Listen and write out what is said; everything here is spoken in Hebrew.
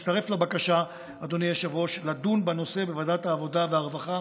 אני מצטרף לבקשה לדון בנושא בוועדת העבודה והרווחה.